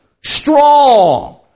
Strong